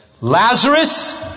Lazarus